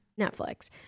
Netflix